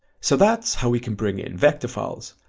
so that's how we can bring in vector files,